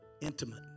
intimate